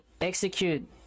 execute